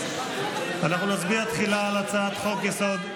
אנחנו נצביע תחילה על הצעת חוק-יסוד: